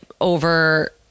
over